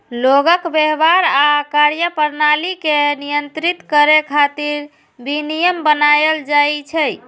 लोगक व्यवहार आ कार्यप्रणाली कें नियंत्रित करै खातिर विनियम बनाएल जाइ छै